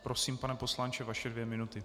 Prosím, pane poslanče, vaše dvě minuty.